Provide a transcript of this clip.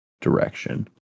direction